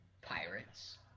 pirates